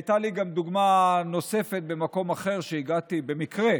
הייתה לי גם דוגמה נוספת במקום אחר: הגעתי במקרה,